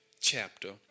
chapter